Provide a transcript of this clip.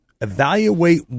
evaluate